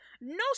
No